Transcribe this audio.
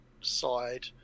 side